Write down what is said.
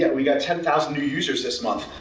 and we got ten thousand new users this month,